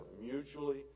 mutually